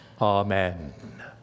Amen